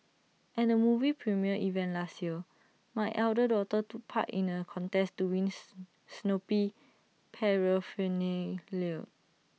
and A movie premiere event last year my elder daughter took part in A contest to wins Snoopy Paraphernalia